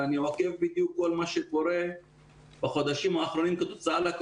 אנחנו עבדנו על זה עם הצוותים שלנו ל-14 מתוכם היה לנו פתרון,